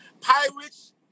Pirates